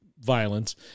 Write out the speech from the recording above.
violence